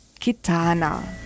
Kitana